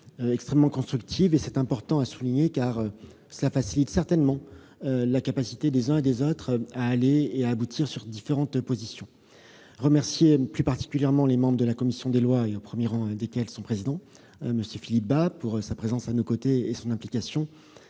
extrêmement constructive, et c'est important à souligner, car cela facilite certainement la capacité des uns et des autres à se retrouver sur différentes positions. Je remercie plus particulièrement les membres de la commission des lois, au premier rang desquels son président, M. Philippe Bas, dont j'ai apprécié la présence à nos côtés et l'implication.